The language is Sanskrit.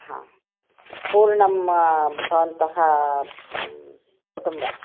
हा पूर्णं भवन्तः कुटुम्बः